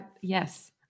yes